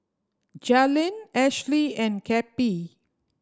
Jalynn Ashlie and Cappie